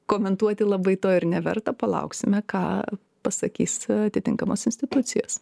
komentuoti labai to ir neverta palauksime ką pasakys atitinkamos institucijos